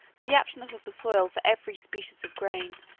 the aptness of the soil for every species of grain,